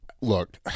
look